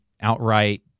outright